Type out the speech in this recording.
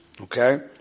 Okay